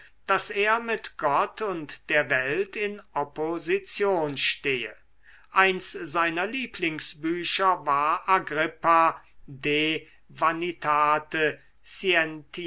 daß er mit gott und der welt in opposition stehe eins seiner lieblingsbücher war agrippa de